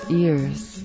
ears